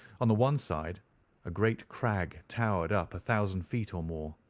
on the one side a great crag towered up a thousand feet or more,